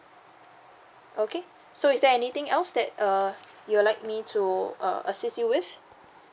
okay so is there anything else that err you would like me to uh assist you with